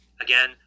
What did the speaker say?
Again